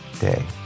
day